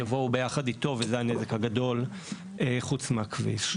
יבואו ביחד איתו וזה הנזק הגדול חוץ מהכביש.